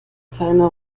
keine